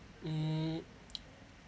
mm